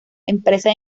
empresa